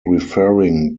referring